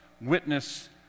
witness